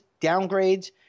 downgrades